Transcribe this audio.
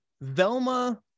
Velma